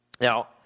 Now